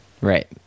Right